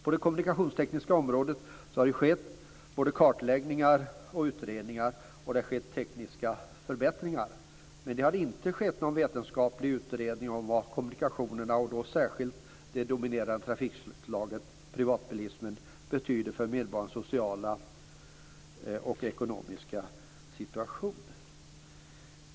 På det kommunikationstekniska området har det skett både kartläggningar och utredningar. Det har också skett tekniska förbättringar. Men det har inte skett någon vetenskaplig utredning av vad kommunikationerna, och då särskilt det dominerande trafikslaget privatbilismen, betyder för medborgarnas sociala och ekonomiska situation.